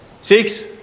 Six